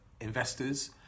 investors